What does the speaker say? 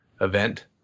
event